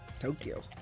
Tokyo